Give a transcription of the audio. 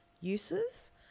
uses